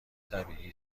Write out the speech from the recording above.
طبیعی